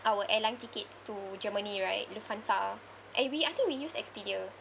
our airline tickets to germany right and we I think we use Expedia